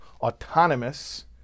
autonomous